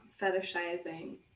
fetishizing